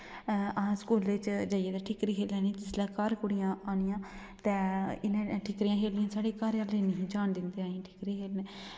असें स्कूलै च जाइयै ते ठिक्करी खेलनी जिसलै घर कुड़ियां आनियां ते इ'नें ठिक्करियां खेलनियां साढ़े घर आह्ले निं हे जान दिंदे असें ई ठिक्करी खेलनै ई